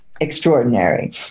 extraordinary